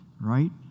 right